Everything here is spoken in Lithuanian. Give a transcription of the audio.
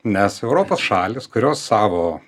nes europos šalys kurios savo